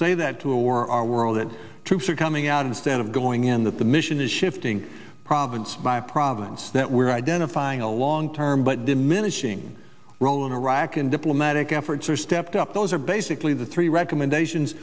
say that to a war our world that troops are coming out instead of going in that the mission is shifting province by province that we're identifying a long term but diminishing role in iraq and diplomatic efforts are stepped up those are basically the three recommendations